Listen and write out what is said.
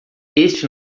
este